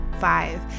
five